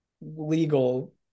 legal